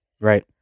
Right